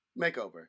makeover